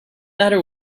matter